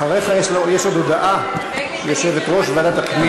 אחריך יש עוד הודעה של יושבת-ראש ועדת הפנים.